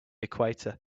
equator